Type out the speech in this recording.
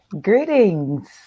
Greetings